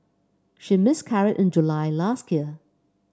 she miscarried in July last year